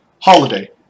holiday